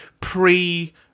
pre